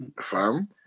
Fam